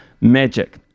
magic